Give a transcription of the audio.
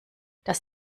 das